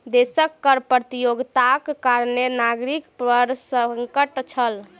देशक कर प्रतियोगिताक कारणें नागरिक पर संकट छल